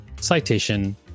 Citation